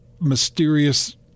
mysterious